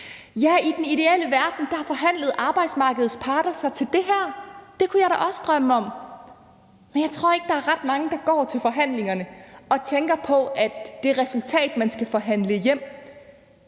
Ja, i den ideelle verden forhandlede arbejdsmarkedets parter sig til det her – det kunne jeg da også drømme om – men jeg tror ikke, der er ret mange, der går til forhandlingerne og tænker på, at man skal have forhandlet